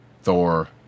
Thor